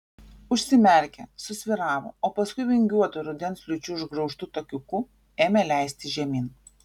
užsimerkė susvyravo o paskui vingiuotu rudens liūčių išgraužtu takiuku ėmė leistis žemyn